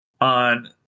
on